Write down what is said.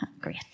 Great